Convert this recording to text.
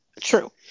True